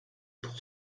pour